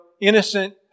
innocent